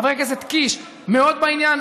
חבר הכנסת קיש מאוד בעניין.